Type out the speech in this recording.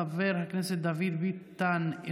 חבר הכנסת דוד ביטן,